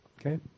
Okay